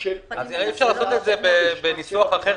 אנחנו מוכנים --- אי אפשר לעשות את זה בניסוח אחר,